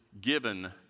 given